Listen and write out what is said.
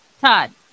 Todd